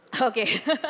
Okay